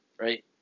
right